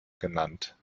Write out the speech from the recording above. genannt